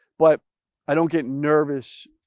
but i don't get nervous,